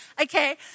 okay